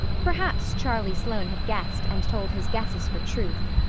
perhaps charlie sloane had guessed and told his guesses for truth.